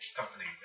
company